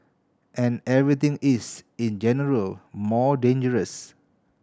and everything is in general more dangerous